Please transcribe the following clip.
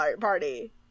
party